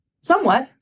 somewhat